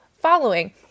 following